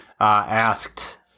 asked